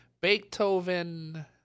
Beethoven